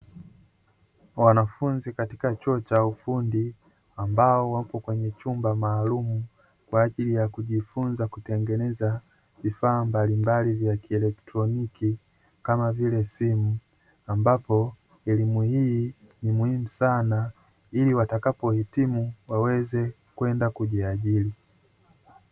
Wanafunzi katika chuo cha ufundi, ambao wapo kwenye chumba maalumu kwa ajili ya kujifunza kutengeneza vifaa mbalimbali vya kielektroniki kama vile simu, ambapo elimu hii ni muhimu sana ili watakapo hitimu waweze kujiajiri.